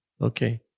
Okay